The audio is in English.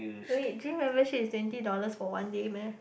wait gym membership is twenty dollars for one day meh